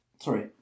sorry